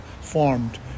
formed